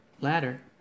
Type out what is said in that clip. ladder